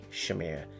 Shamir